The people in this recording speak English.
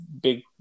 big